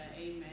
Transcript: Amen